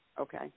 Okay